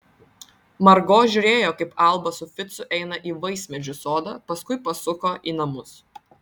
margo žiūrėjo kaip alba su ficu eina į vaismedžių sodą paskui pasuko į namus